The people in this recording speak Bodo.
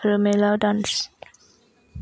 आरो मेला दान्स